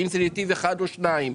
האם זה נתיב אחד או שניים?